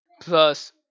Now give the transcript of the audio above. plus